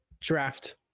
draft